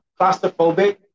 claustrophobic